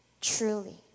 Truly